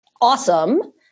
awesome